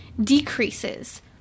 decreases